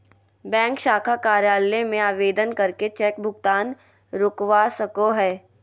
bank शाखा कार्यालय में आवेदन करके चेक भुगतान रोकवा सको हय